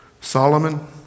Solomon